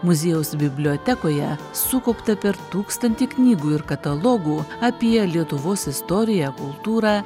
muziejaus bibliotekoje sukaupta per tūkstantį knygų ir katalogų apie lietuvos istoriją kultūrą